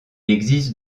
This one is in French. existe